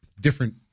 different